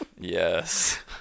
Yes